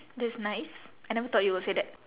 that's nice I never thought you will say that